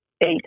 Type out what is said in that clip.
eight